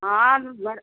हाँ बड़